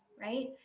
right